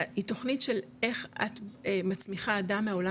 היא תוכנית של איך את מצמיחה אדם מהעולם